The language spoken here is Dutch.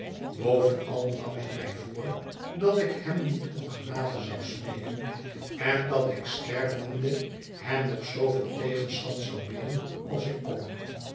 bovenal nam ik mij voor dat ik hem niet om genade zou smeeken en dat ik stervende hem nog zooveel tegenstand zou bieden als ik kon